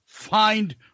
Find